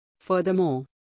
Furthermore